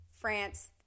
France